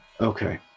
Okay